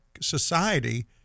society